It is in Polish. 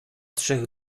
trzech